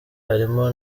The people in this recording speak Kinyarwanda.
harimo